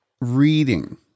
reading